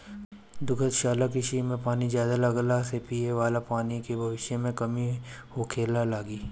दुग्धशाला कृषि में पानी ज्यादा लगला से पिये वाला पानी के भविष्य में कमी होखे लागि